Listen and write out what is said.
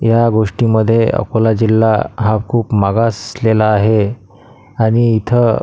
या गोष्टीमध्ये अकोला जिल्हा हा खूप मागासलेला आहे आणि इथं